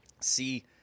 See